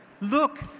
Look